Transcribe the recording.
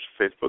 Facebook